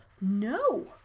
no